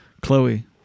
Chloe